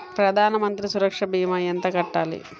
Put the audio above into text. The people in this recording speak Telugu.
ప్రధాన మంత్రి సురక్ష భీమా ఎంత కట్టాలి?